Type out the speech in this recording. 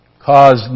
caused